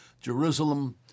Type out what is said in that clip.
Jerusalem